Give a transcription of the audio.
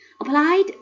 applied